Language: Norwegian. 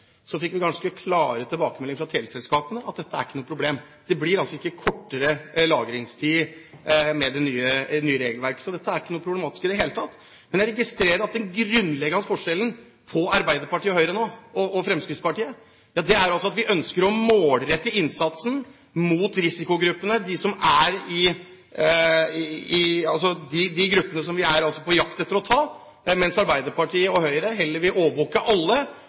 Så dette er ikke problematisk i det hele tatt. Men jeg registrerer at den grunnleggende forskjellen på Arbeiderpartiet og Høyre nå og Fremskrittspartiet, er at vi ønsker å målrette innsatsen mot risikogruppene, de gruppene som vi er på jakt etter å ta, mens Arbeiderpartiet og Høyre heller vil overvåke alle